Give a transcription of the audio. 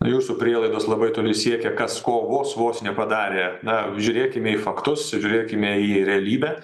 jūsų prielaidos labai toli siekia kas ko vos vos nepadarė na žiūrėkime į faktus žiūrėkime į realybę